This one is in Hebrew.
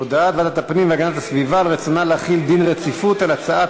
הודעת ועדת הפנים והגנת הסביבה על רצונה להחיל דין רציפות על הצעת